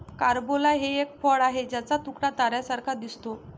carambola हे एक फळ आहे ज्याचा तुकडा ताऱ्यांसारखा दिसतो